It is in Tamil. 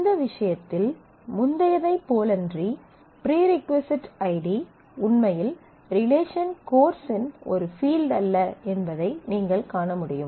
இந்த விஷயத்தில் முந்தையப் போலன்றி ப்ரீ ரிக்வசைட் ஐடி உண்மையில் ரிலேஷன் கோர்ஸின் ஒரு ஃபீல்ட் அல்ல என்பதை நீங்கள் காண முடியும்